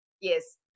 Yes